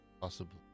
possible